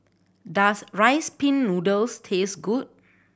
does Rice Pin Noodles taste good